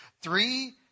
Three